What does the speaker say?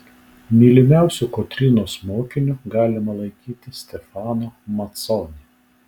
mylimiausiu kotrynos mokiniu galima laikyti stefano maconi